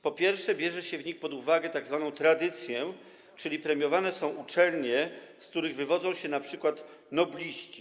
Po pierwsze, bierze się w nich pod uwagę tzw. tradycję, czyli premiowane są uczelnie, z których wywodzą się np. nobliści.